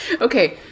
Okay